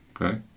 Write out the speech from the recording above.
Okay